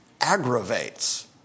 aggravates